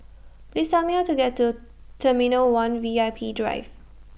Please Tell Me How to get to Terminal one V I P Drive